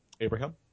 Abraham